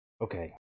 Okay